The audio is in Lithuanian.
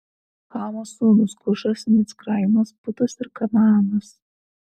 chamo sūnūs kušas micraimas putas ir kanaanas